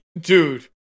dude